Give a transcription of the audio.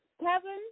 kevin